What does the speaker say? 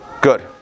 Good